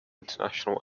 international